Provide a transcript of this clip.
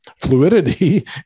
fluidity